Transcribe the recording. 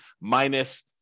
minus